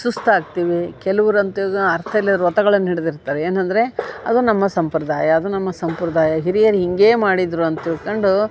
ಸುಸ್ತಾಗ್ತೀವಿ ಕೆಲವರಂತೂ ಈಗ ಅರ್ಥ ಇಲ್ಲದ ವ್ರತಗಳನ್ನ ಹಿಡಿದಿರ್ತಾರೆ ಏನಂದರೆ ಅದು ನಮ್ಮ ಸಂಪ್ರದಾಯ ಅದು ನಮ್ಮ ಸಂಪ್ರದಾಯ ಹಿರಿಯರು ಹೀಗೇ ಮಾಡಿದರು ಅಂತ ತಿಳ್ಕೊಂಡು